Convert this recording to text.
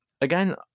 again